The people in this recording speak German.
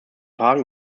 paaren